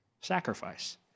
sacrifice